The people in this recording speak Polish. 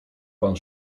pan